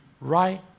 right